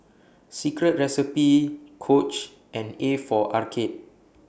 Secret Recipe Coach and A For Arcade